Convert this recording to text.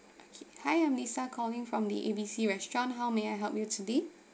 okay hi I'm lisa calling from the A B C restaurant how may I help you today